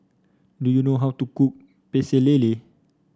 do you know how to cook Pecel Lele